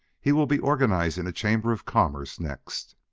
he will be organizing a chamber of commerce next.